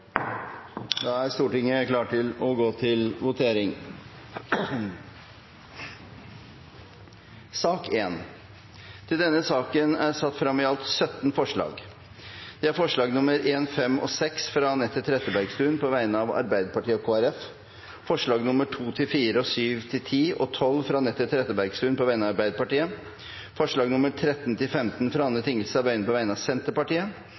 Da er Stortinget klar til å gå til votering. Under debatten er det satt frem i alt 17 forslag. Det er forslagene nr. 1, 5 og 6, fra Anette Trettebergstuen på vegne av Arbeiderpartiet og Kristelig Folkeparti forslagene nr. 2–4, 7–10 og 12, fra Anette Trettebergstuen på vegne av Arbeiderpartiet forslagene nr. 13–15, fra Anne Tingelstad Wøien på vegne av Senterpartiet